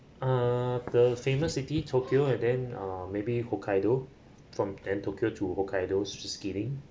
uh the the famous city tokyo and then uh maybe hokkaido from then tokyo to hokkaido s~ skiing